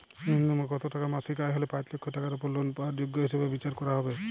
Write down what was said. ন্যুনতম কত টাকা মাসিক আয় হলে পাঁচ লক্ষ টাকার উপর লোন পাওয়ার যোগ্য হিসেবে বিচার করা হবে?